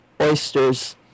oysters